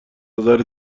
نظر